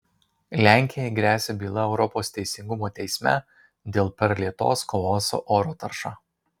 lenkijai gresia byla europos teisingumo teisme dėl per lėtos kovos su oro tarša